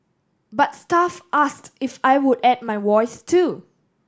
but staff asked if I would add my voice too